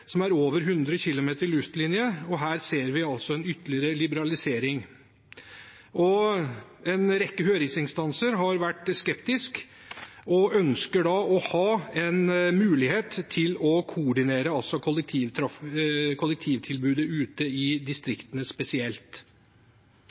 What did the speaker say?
som er over 100 km i luftlinje. Her ser vi altså en ytterligere liberalisering. En rekke høringsinstanser har vært skeptiske og ønsker å ha en mulighet til å koordinere kollektivtilbudet ute i